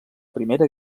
primera